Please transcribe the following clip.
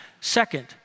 Second